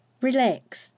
relax